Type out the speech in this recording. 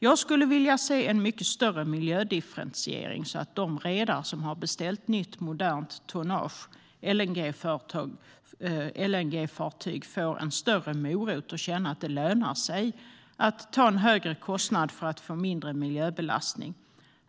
Jag skulle vilja en se en mycket större miljödifferentiering så att de redare som har beställt nytt modernt tonnage, LNG-fartyg, får en större morot för att det ska löna sig att ta en högre kostnad för att det ska bli mindre miljöbelastning.